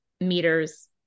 meters